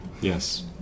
Yes